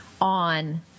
on